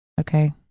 Okay